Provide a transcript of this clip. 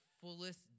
fullest